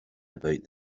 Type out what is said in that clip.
about